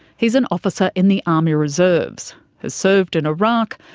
he's an officer in the army reserves, has served in iraq,